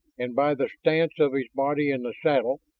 and by the stance of his body in the saddle,